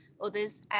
others